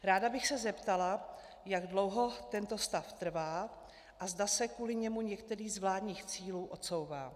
Ráda bych se zeptala, jak dlouho tento stav trvá a zda se kvůli němu některý z vládních cílů odsouvá.